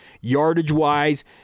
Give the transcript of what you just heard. yardage-wise